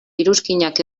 iruzkinak